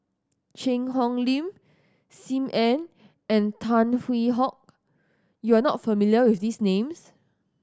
Cheang Hong Lim Sim Ann and Tan Hwee Hock you are not familiar with these names